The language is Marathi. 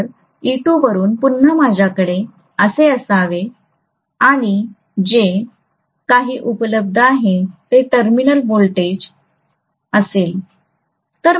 तर e2 वरुन पुन्हा माझ्याकडे असे असावे आणि जे काही उपलब्ध आहे ते टर्मिनल व्होल्टेज असेल